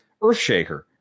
Earthshaker